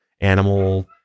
animal